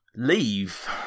leave